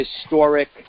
historic